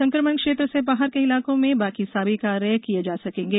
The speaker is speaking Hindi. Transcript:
संक्रमण क्षेत्र से बाहर के इलाकों में बाकी सभी कार्य किए जा सकेंगे